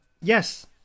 Yes